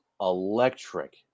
electric